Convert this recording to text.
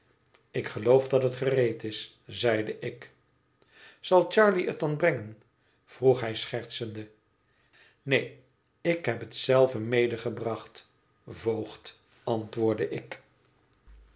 ik geloof dat het gereed is zeide ik zal charley het dan brengen vroeg hij schertsende neen ik heb het zelve medegebracht voogd antwoordde ik